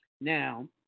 Now